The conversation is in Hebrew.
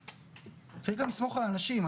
צריך לסמוך גם על אנשים,